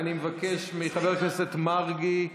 אני מבקש מחבר הכנסת מרגי,